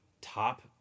top